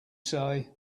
say